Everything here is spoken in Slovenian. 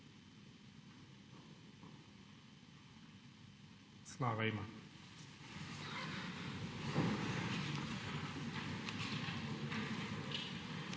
Slava jima!